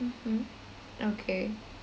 mmhmm okay